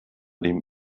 dem